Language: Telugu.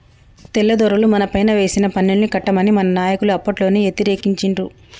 తెల్లదొరలు మనపైన వేసిన పన్నుల్ని కట్టమని మన నాయకులు అప్పట్లోనే యతిరేకించిండ్రు